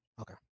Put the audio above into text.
Okay